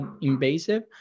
invasive